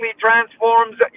transforms